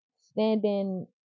standing